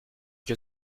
que